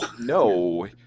No